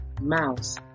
Mouse